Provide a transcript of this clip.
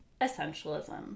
essentialism